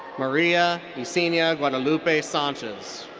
maria yesenia guadalupe sanchez.